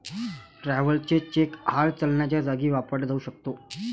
travellers cheque hard चलनाच्या जागी वापरला जाऊ शकतो